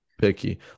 picky